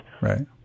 Right